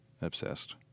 obsessed